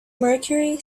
mercury